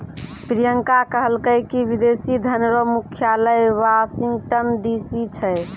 प्रियंका कहलकै की विदेशी धन रो मुख्यालय वाशिंगटन डी.सी छै